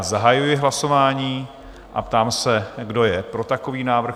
Zahajuji hlasování a ptám se, kdo je pro takový návrh?